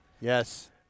yes